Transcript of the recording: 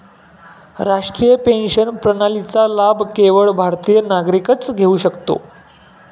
राष्ट्रीय पेन्शन प्रणालीचा लाभ केवळ भारतीय नागरिकच घेऊ शकतो